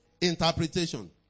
interpretation